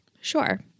Sure